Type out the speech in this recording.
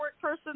person